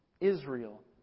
Israel